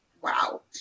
wow